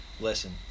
Listen